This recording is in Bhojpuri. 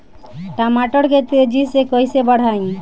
टमाटर के तेजी से कइसे बढ़ाई?